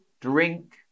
drink